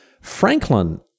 Franklin